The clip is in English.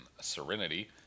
Serenity